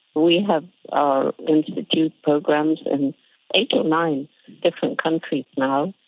we have our institute programs in eight or nine different countries now,